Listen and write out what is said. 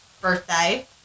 birthday